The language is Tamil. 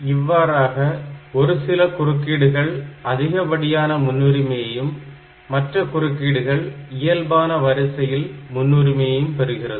இவ்வாறாக ஒரு சில குறுக்கீடுகள் அதிகப்படியான முன்னுரிமையும் மற்ற குறுக்கீடுகள் இயல்பான வரிசையில் முன்னுரிமையும் பெறுகிறது